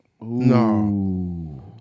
No